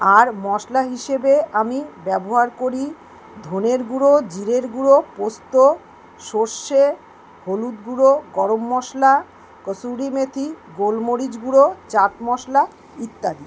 আর মশলা হিসেবে আমি ব্যবহার করি ধনের গুঁড়ো জিরের গুঁড়ো পোস্ত সরষে হলুদ গুঁড়ো গরম মশলা কসুরি মেথি গোলমরিচ গুঁড়ো চাট মশলা ইত্যাদি